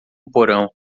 porão